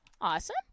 Awesome